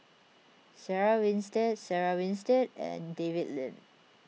Sarah Winstedt Sarah Winstedt and David Lim